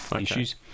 issues